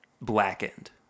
Blackened